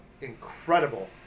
incredible